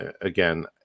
Again